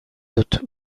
dut